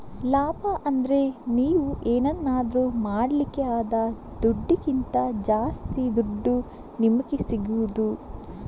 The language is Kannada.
ಲಾಭ ಅಂದ್ರೆ ನೀವು ಏನನ್ನಾದ್ರೂ ಮಾಡ್ಲಿಕ್ಕೆ ಆದ ದುಡ್ಡಿಗಿಂತ ಜಾಸ್ತಿ ದುಡ್ಡು ನಿಮಿಗೆ ಸಿಗುದು